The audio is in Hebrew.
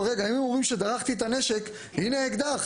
אם הם אומרים שדרכתי את הנשק הנה האקדח,